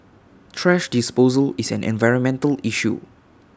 thrash disposal is an environmental issue